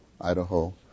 Idaho